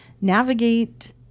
navigate